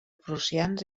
prussians